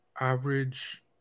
average